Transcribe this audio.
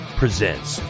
presents